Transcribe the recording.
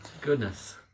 Goodness